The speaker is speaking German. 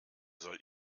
soll